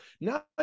Now